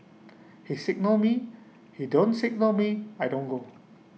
he signal me he don't signal me I don't go